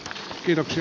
keskeytettävä